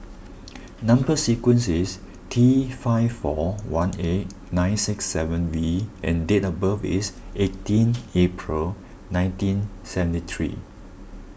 Number Sequence is T five four one eight nine six seven V and date of birth is eighteen April nineteen seventy three